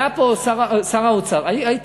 היה פה שר האוצר, הייתי.